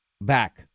back